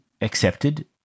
accepted